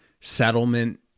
settlement